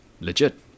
legit